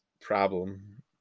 problem